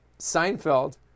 Seinfeld